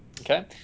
Okay